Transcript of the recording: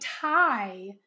tie